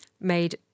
made